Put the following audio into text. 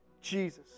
Jesus